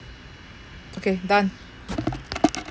okay done